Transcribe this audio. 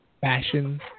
fashion